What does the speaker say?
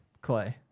Clay